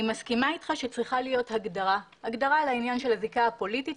שאני מסכימה אתך שצריכה להיות הגדרה לעניין של הזיקה הפוליטית,